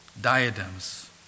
diadems